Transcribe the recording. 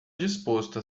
disposto